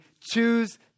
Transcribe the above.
choose